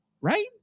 Right